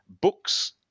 books